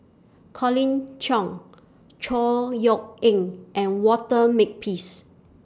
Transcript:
Colin Cheong Chor Yeok Eng and Walter Makepeace